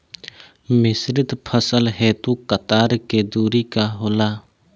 मिश्रित फसल हेतु कतार के दूरी का होला?